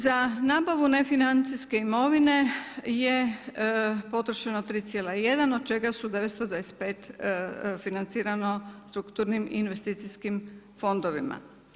Za nabavu nefinancijske imovine je potrošeno 3,1 od čega su 925 financirano strukturnim investicijskim fondovima.